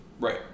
right